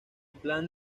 plan